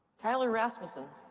tyler rasmussen.